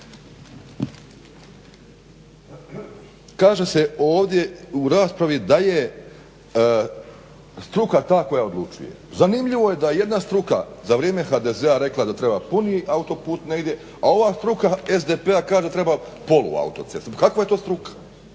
Kaže se ovdje u raspravi, da je struka ta koja odlučuje. Zanimljivo je da jedna struka za vrijeme HDZ-a da treba puni autoput negdje a ova struka SDP-a kaže da treba poluautocestom. Kakva je to struka?